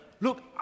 Look